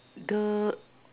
the